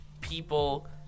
people